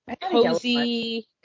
cozy